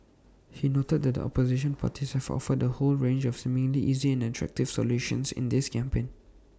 he noted that opposition parties have offered A whole range of seemingly easy and attractive solutions in this campaign